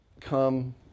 come